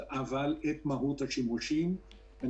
מהות השימושים במקורות.